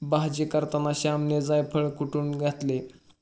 भाजी करताना श्यामने जायफळ कुटुन घातले